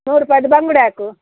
ನೂರು ರೂಪಾಯಿದು ಬಂಗುಡೆ ಹಾಕು